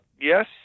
yes